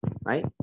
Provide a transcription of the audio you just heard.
Right